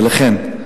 ולכן,